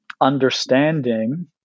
understanding